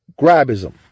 grabism